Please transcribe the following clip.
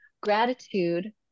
Gratitude